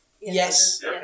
Yes